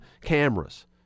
cameras